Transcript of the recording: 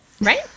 Right